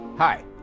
Hi